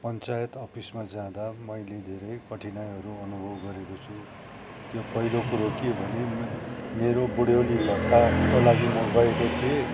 पञ्चायत अफिसमा जाँदा मैले धेरै कठिनाईहरू अनुभव गरेको छु त्यो पहिलो कुरो के भने मेरो बुढ्यौली भत्ताको लागि म गएको थिएँ